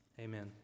Amen